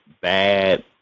bad